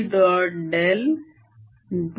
BA